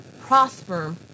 prosper